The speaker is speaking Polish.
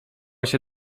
się